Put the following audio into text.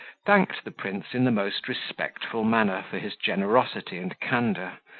thanked the prince in the most respectful manner for his generosity and candour,